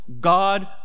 God